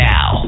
Now